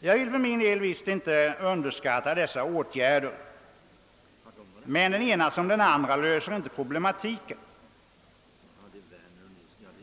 Jag vill för min del visst inte underskatta dessa åtgärder, men varken den ena eller den andra löser problematiken.